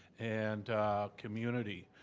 and community.